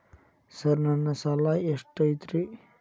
Sir ನನ್ನ ಸಾಲಾ ಎಷ್ಟು ಐತ್ರಿ?